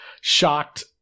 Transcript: shocked